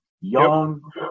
young